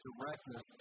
directness